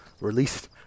Released